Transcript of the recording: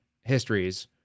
histories